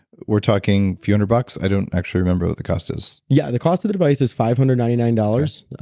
we're talking few hundred bucks? i don't actually remember what the cost is yeah, the cost of the device is five hundred and ninety nine dollars,